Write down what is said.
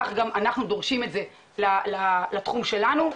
כך אנחנו דורשים את זה לתחום שלנו.